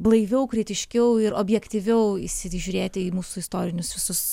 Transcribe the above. blaiviau kritiškiau ir objektyviau įsižiūrėti į mūsų istorinius visus